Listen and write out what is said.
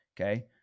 Okay